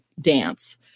dance